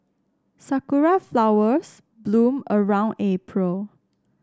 sakura flowers bloom around April